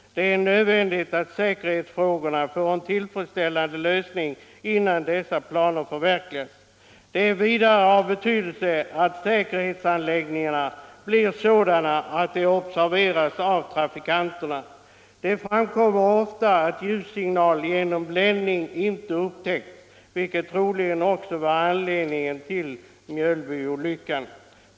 Det är nödvändigt att säkerhetsfrågorna får en tillfredsställande lösning innan dessa planer förverkligas. Det är vidare av betydelse att säkerhetsanläggningarna blir sådana att de observeras av trafikanterna. Det framkommer ofta att ljussignal genom bländning inte upptäckts, vilket troligen också var anledningen till Mjölbyolyckan.